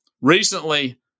recently